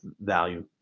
value